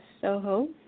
Soho